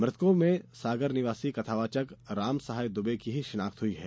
मृतकों में सागर निवासी कथावाचक राम सहाय दुबे की ही शिनाख्त हुई है